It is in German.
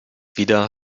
wieder